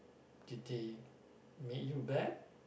did they make you bad